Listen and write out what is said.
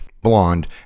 blonde